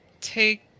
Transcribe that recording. take